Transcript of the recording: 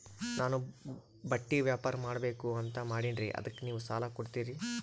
ನಾನು ಬಟ್ಟಿ ವ್ಯಾಪಾರ್ ಮಾಡಬಕು ಅಂತ ಮಾಡಿನ್ರಿ ಅದಕ್ಕ ನೀವು ಸಾಲ ಕೊಡ್ತೀರಿ?